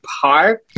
Park